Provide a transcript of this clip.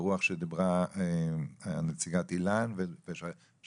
ברוח הדברים שאמרה נציגת איל"ן ושחברת